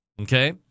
okay